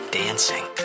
dancing